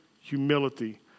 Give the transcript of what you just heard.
humility